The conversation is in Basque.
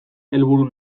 helburu